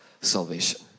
salvation